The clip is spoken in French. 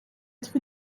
être